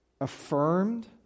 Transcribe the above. affirmed